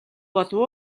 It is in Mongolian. болов